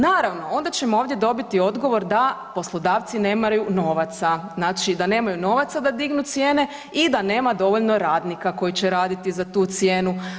Naravno, onda ćemo ovdje dobiti odgovor da poslodavci nemaju novaca, znači da nemaju novaca da dignu cijene i da nema dovoljno radnika koji će raditi za tu cijenu.